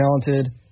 talented